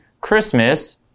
Christmas